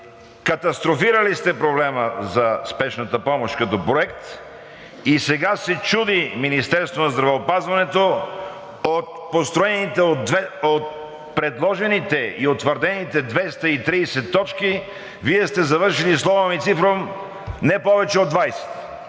катастрофирали сте проблема за спешната помощ като проект и сега се чуди Министерството на здравеопазването – от предложените и утвърдените 230 точки Вие сте завършили словом и цифром не повече от 20.